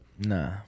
Nah